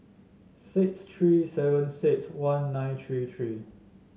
six three seven six one nine three three